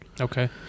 Okay